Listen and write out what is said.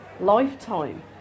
lifetime